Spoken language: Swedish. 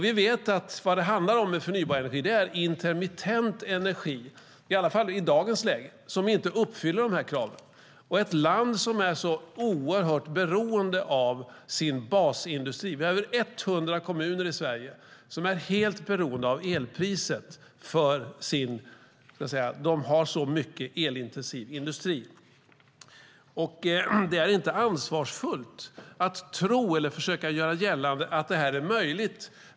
Vad det handlar om när det gäller förnybar energi är att det är intermittent energi - i alla fall i dagens läge - som inte uppfyller dessa krav. Sverige är ett land som är oerhört beroende av vår basindustri. Det är över 100 kommuner i Sverige som är helt beroende av elpriset, genom att de har så mycket elintensiv industri. Det är inte ansvarsfullt att försöka göra gällande att detta är möjligt.